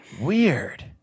Weird